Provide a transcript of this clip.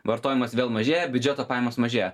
vartojimas vėl mažėja biudžeto pajamos mažėja